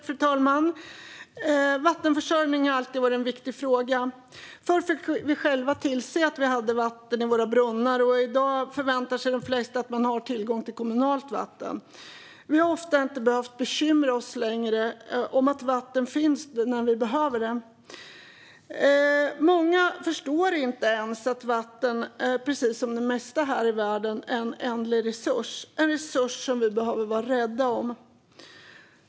Fru talman! Vattenförsörjning har alltid varit en viktig fråga. Förr fick vi själva tillse att vi hade vatten i våra brunnar, och i dag förväntar sig de flesta att de har tillgång till kommunalt vatten. Vi har sedan länge sällan behövt bekymra oss om att vatten finns då vi behöver det. Många förstår inte ens att vatten, precis som det mesta här i världen, är en ändlig resurs - en resurs som vi behöver vara rädda om.